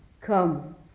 come